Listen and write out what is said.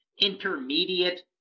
intermediate